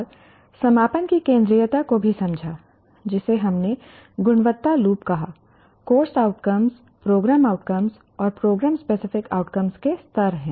और समापन की केंद्रीयता को भी समझा जिसे हमने गुणवत्ता लूप कहा कोर्स आउटकम्स प्रोग्राम आउटकम और प्रोग्राम स्पेसिफिक आउटकम्स के स्तर है